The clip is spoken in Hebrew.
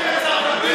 אנא מכם,